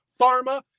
pharma